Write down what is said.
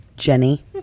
Jenny